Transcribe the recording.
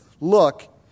look